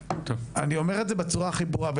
אני אומר את זה בצורה הכי ברורה.